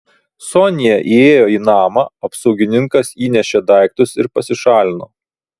sonia įėjo į namą apsaugininkas įnešė daiktus ir pasišalino